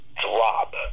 drop